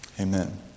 Amen